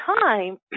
time